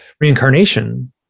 reincarnation